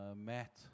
Matt